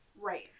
right